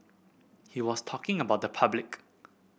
he was talking about the public